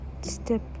step